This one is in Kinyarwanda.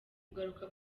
kugaruka